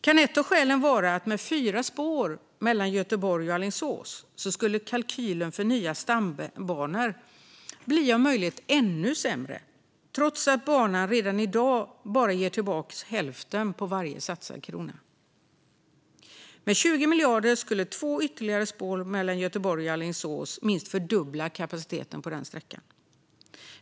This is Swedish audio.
Kan ett av skälen vara att med fyra spår mellan Göteborg och Alingsås skulle kalkylen för nya stambanor bli om möjligt ännu sämre, trots att banan redan i dag bara ger tillbaka hälften på varje satsad krona? Med 20 miljarder skulle två ytterligare spår mellan Göteborg och Alingsås minst fördubbla kapaciteten på sträckan.